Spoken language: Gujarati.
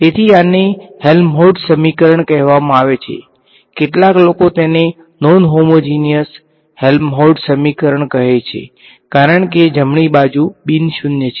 તેથી આને હેલ્મહોલ્ટ્ઝ સમીકરણ કહેવામાં આવે છે કેટલાક લોકો તેને નોન હોમોજીનીયસ હેલ્મહોલ્ટ્ઝ સમીકરણ કહી શકે છે કારણ કે જમણી બાજુ બિન શૂન્ય છે